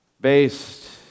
based